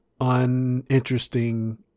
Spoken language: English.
uninteresting